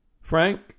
Frank